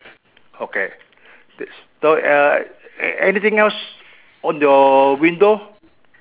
okay so uh anything else on your window